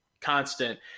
constant